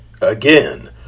Again